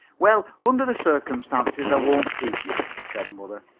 well, under the circumstances i won't keep you, said mother,